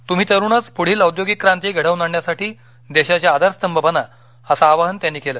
तुम्ही तरूणच पुढील औद्योगिक क्रांती घडवून आणण्यासाठी देशाचे आधारस्तंभ बना असं आवाहन त्यांनी केलं